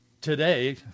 today